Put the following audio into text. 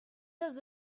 does